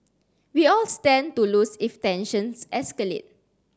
we all stand to lose if tensions escalate